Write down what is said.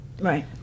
right